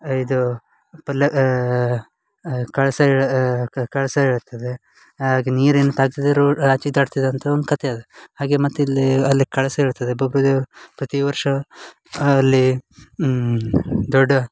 ಇದು ಪಲ್ಲ ಕಳಸ ಇಡ್ ಕಳಸ ಇರ್ತದೆ ಆಗ ನೀರಿಂದು ತಾಗ್ಸಿದ್ದು ರೋಡ್ ಆಚಿಗೆ ದಾಟ್ತಿದ್ರು ಅಂತ ಒಂದು ಕತೆ ಅದು ಹಾಗೆ ಮತ್ತು ಇಲ್ಲಿ ಅಲ್ಲಿ ಕಳಸ ಇರ್ತದೆ ಬಬ್ಬು ದೇವ್ರು ಪ್ರತಿ ವರ್ಷ ಅಲ್ಲಿ ದೊಡ್ಡ